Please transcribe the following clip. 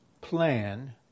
plan